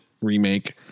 remake